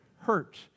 hurt